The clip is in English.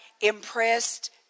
impressed